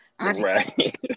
Right